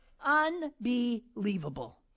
Unbelievable